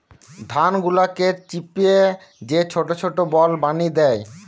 ধান গুলাকে চিপে যে ছোট ছোট বল বানি দ্যায়